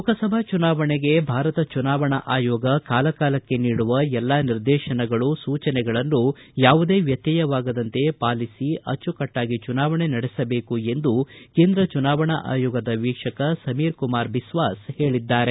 ಲೋಕಸಭಾ ಚುನಾವಣೆಗೆ ಭಾರತ ಚುನಾವಣಾ ಆಯೋಗ ಕಾಲಕಾಲಕ್ಷೆ ನೀಡುವ ಎಲ್ಲ ನಿರ್ದೇಶನಗಳು ಸೂಜನೆಗಳನ್ನು ಯಾವುದೇ ವ್ಯತ್ಸಯವಾಗದಂತೆ ಪಾಲಿಸಿ ಅಚ್ಚುಕಟ್ಟಾಗಿ ಚುನಾವಣೆ ನಡೆಸಬೇಕು ಎಂದು ಕೇಂದ್ರ ಚುನಾವಣಾ ಆಯೋಗದ ವೀಕ್ಷಕ ಸಮೀರ್ಕುಮಾರ್ ಬಿಸ್ಲಾಸ್ ಹೇಳಿದ್ದಾರೆ